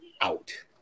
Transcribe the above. out